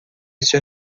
este